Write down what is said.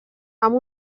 amb